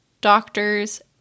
doctors